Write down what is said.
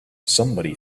somebody